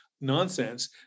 nonsense